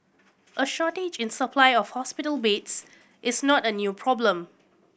a shortage in supply of hospital beds is not a new problem